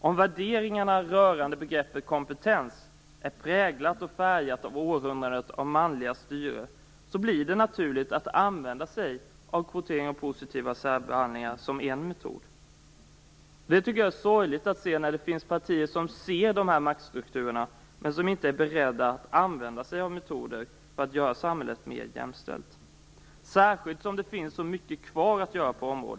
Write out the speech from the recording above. Om värderingarna rörande begreppet kompetens är präglade och färgade av århundraden av manligt styre blir det naturliga att använda sig av kvotering och positiv särbehandling som en metod. Det är sorgligt att se att det finns partier som ser dessa maktstrukturer men som inte är beredda att använda sig av metoder för att göra samhället mer jämställt, särskilt som det finns så mycket kvar att göra på området.